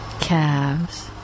calves